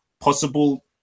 possible